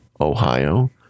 Ohio